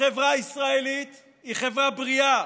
החברה הישראלית היא חברה בריאה.